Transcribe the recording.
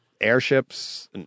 airships